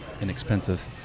inexpensive